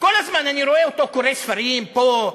כל הזמן אני רואה אותו קורא ספרים פה,